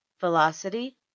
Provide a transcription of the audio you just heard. Velocity